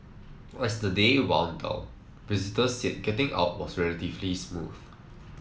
as the day wound down visitors said getting out was relatively smooth